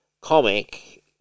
comic